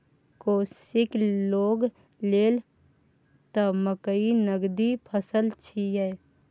कोशीक लोग लेल त मकई नगदी फसल छियै